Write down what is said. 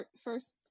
first